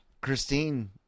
Christine